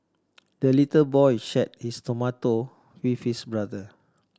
the little boy shared his tomato with his brother